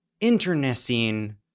internecine